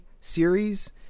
series